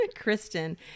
Kristen